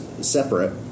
separate